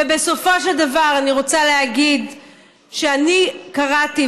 ובסופו של דבר אני רוצה להגיד שאני קראתי